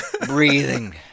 Breathing